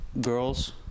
girls